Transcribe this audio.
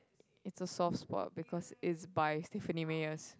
it's a soft spot because it's by Stephenie-Meyer's